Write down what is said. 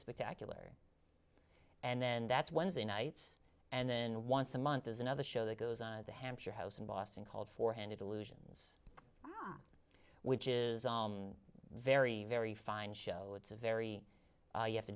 spectacular and then that's wednesday nights and then once a month there's another show that goes on the hampshire house in boston called forehanded illusions which is very very fine show it's a very you have to